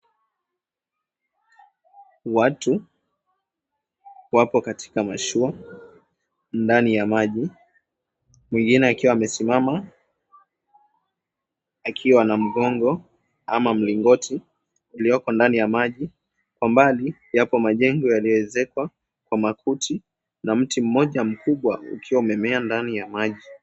Watu wapo katika mashua ndani ya maji. Mwingine akiwa amesimama akiwa na mgongo ama mlingoti ulioko ndani ya maji. Kwa mbali yapo majengo yaliyoezekwa kwa makuti na mti mmoja mkubwa ukiwa umemea ndani ya maji.